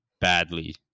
badly